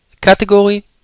category